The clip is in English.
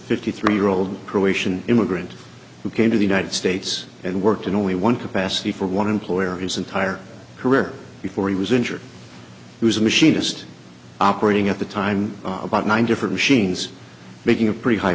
fifty three year old croatian immigrant who came to the united states and worked in only one capacity for one employer his entire career before he was injured he was a machinist operating at the time about nine different machines making a pretty high